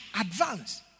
advance